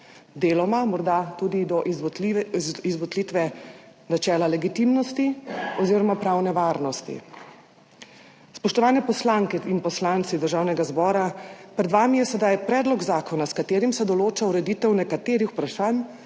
deloma morda tudi do izvotlitve načela legitimnosti oziroma pravne varnosti. Spoštovane poslanke in poslanci Državnega zbora, pred vami je sedaj predlog zakona, s katerim se določa ureditev nekaterih vprašanj